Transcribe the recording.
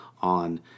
on